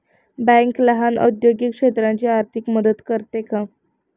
Bank लहान औद्योगिक क्षेत्राची आर्थिक मदत करते का?